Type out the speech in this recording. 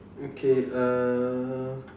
okay uh